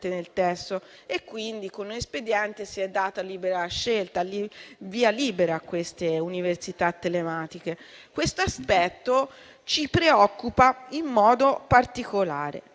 nel testo; con un espediente, si è data libera scelta e via libera a queste università telematiche. Questo aspetto ci preoccupa in modo particolare.